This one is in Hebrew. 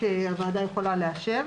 שהוועדה יכולה לאשר.